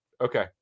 Okay